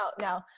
no